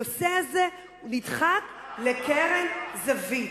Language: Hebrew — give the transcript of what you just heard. הנושא הזה נדחק לקרן זווית.